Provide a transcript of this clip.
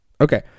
Okay